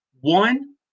one